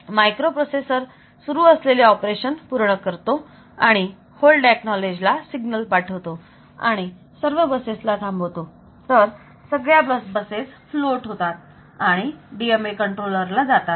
आणि मायक्रोप्रोसेसर सुरू असलेले ऑपरेशन पूर्ण करतो आणि आणि होल्ड एकनॉलेज ला सिग्नल पाठवतो आणि सर्व बसेसला थांबवतो तर सगळ्या बसेस फ्लोट होतात आणि आणि DMA कंट्रोलर ला जातात